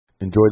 Enjoy